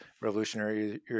revolutionary